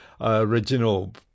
original